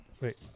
wait